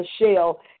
Michelle